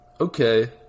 okay